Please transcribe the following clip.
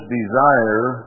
desire